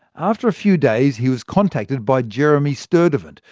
after a few days, he was contacted by jeremy sturdivant,